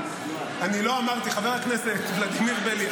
חבר הכנסת ולדימיר בליאק,